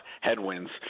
headwinds